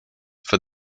for